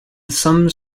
some